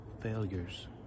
failures